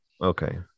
okay